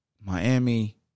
Miami